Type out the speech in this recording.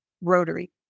Rotary